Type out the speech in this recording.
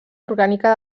orgànica